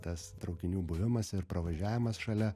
tas traukinių buvimas ir pravažiavimas šalia